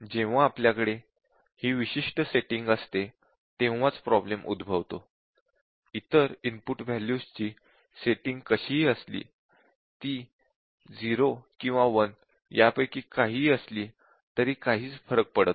जेव्हा आपल्याकडे ही विशिष्ट सेटिंग असते तेव्हाच प्रॉब्लेम उद्भवतो इतर इनपुट वॅल्यूज ची सेटिंग कशीही असली ती 0 किंवा 1 पैकी काहीही असली तरी काहीच फरक पडत नाही